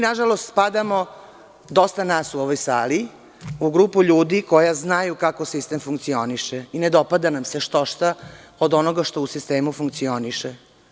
Nažalost, mi spadamo, dosta nas u ovoj sali, u grupu ljudi koji znaju kako sistem funkcioniše i ne dopada nam se što šta od onoga što u sistemu funkcioniše.